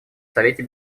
совете